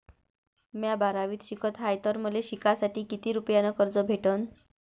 म्या बारावीत शिकत हाय तर मले शिकासाठी किती रुपयान कर्ज भेटन?